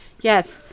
Yes